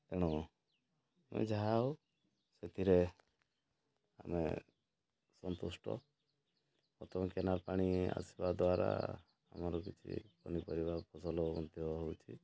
ଯାହା ହେଉ ସେଥିରେ ଆମେ ସନ୍ତୁଷ୍ଟ ପ୍ରଥମେ କେନାଲ ପାଣି ଆସିବା ଦ୍ୱାରା ଆମର କିଛି ପନିପରିବା ଫସଲ ହେଉଛି